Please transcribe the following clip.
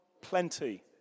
plenty